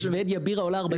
בשבדיה בירה עולה 40 שקל.